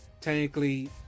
Technically